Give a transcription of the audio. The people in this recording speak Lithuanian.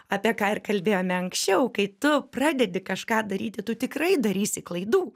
apie ką ir kalbėjome anksčiau kai tu pradedi kažką daryti tu tikrai darysi klaidų